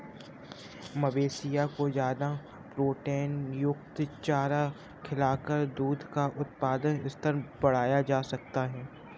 मवेशियों को ज्यादा प्रोटीनयुक्त चारा खिलाकर दूध का उत्पादन स्तर बढ़ाया जा सकता है